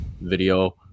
video